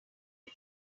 bit